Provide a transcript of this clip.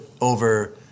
over